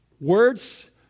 Words